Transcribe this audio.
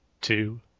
two